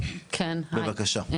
בבקשה.